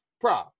pro